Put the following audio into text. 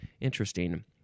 Interesting